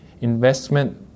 investment